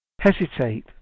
hesitate